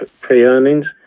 pre-earnings